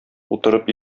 утырып